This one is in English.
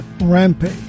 Rampage